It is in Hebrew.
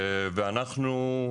ואנחנו,